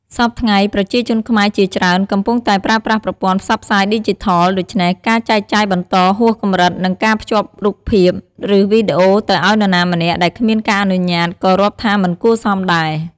សព្វថ្ងៃ ប្រជាជនខ្មែរជាច្រើនកំពុងតែប្រើប្រាស់ប្រព័ន្ធផ្សព្វផ្សាយឌីជីថល ដូច្នេះ ការចែកចាយបន្តហួសកម្រិត និងការភ្ជាប់រូបភាព ឬ វីដេអូទៅឱ្យនរណាម្នាក់ដែលគ្មានការអនុញ្ញាតិក៏រាប់ថាមិនគួរសមដែរ។